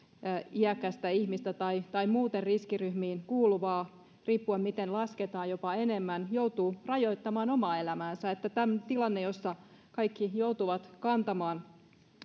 iäkästä ihmistä tai tai muuten riskiryhmiin kuuluvaa riippuen miten lasketaan jopa enemmän joutuu rajoittamaan omaa elämäänsä tämä on tilanne jossa kaikki joutuvat kantamaan